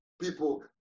people